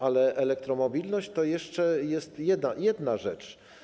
Ale elektromobilność to jest jeszcze jedna rzecz.